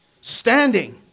standing